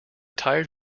tires